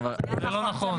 זה לא נכון.